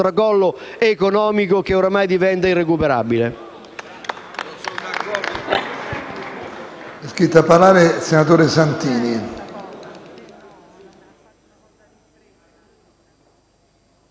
tracollo economico che oramai diventa irrecuperabile.